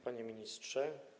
Panie Ministrze!